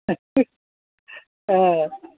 ആ